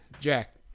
jack